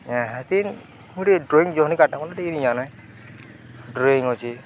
ଏଁ ହତିନ୍ ଗୁଟେ ଡ୍ରଇଂ ଜହନି କାଟା ଟିକିଏଁ ଆ ନାଇଁ ଡ୍ରଇଂ ଅଛିି